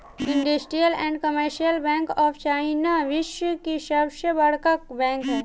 industrial and commercial bank of China विश्व की सबसे बड़का बैंक ह